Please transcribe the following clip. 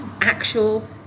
actual